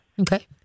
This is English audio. Okay